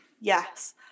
Yes